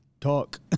talk